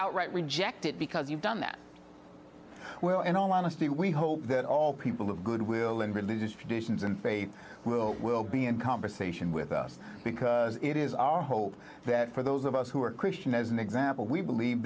outright reject it because you've done that well in all honesty we hope that all people of goodwill and religious traditions and they will will be in conversation with us because it is our hope that for those of us who are christian as an example we believe